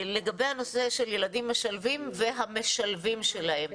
אחת לגבי הנושא של ילדים משלבים והמשלבים שלהם.